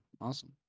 awesome